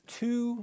two